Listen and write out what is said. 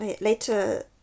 later